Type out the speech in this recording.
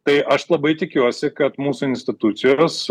tai aš labai tikiuosi kad mūsų institucijos